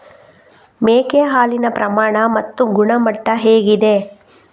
ಮೇಕೆ ಹಾಲಿನ ಪ್ರಮಾಣ ಮತ್ತು ಗುಣಮಟ್ಟ ಹೇಗಿದೆ?